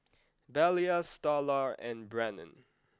Belia Starla and Brannon